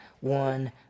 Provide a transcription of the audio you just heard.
one